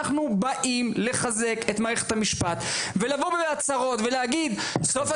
אנחנו באים לחזק את מערכת המשפט ולבוא בהצהרות ולהגיד שזה הוא סוף